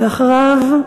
ואחריו,